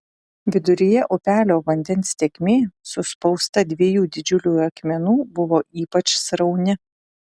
viduryje upelio vandens tėkmė suspausta dviejų didžiulių akmenų buvo ypač srauni